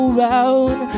round